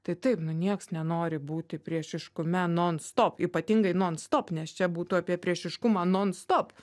tai taip nieks nenori būti priešiškume non stop ypatingai non stop nes čia būtų apie priešiškumą non stop